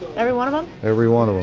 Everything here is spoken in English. every one of em? every one of em.